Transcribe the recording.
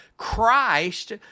Christ